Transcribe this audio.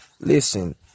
Listen